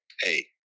hey